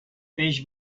peix